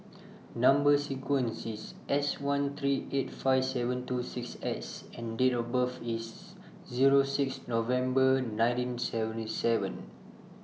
Number sequence IS S one three eight five seven two six S and Date of birth IS Zero six November nineteen seventy seven